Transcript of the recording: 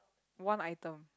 one item